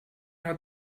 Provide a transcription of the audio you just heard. hat